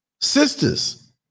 Sisters